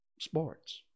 sports